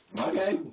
Okay